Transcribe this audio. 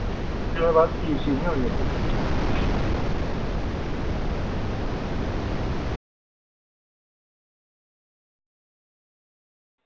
भी ओह्दे बाद पीड़ निं होनी अग्गें